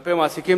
כלפי מעסיקים,